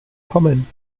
kommen